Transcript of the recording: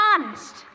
Honest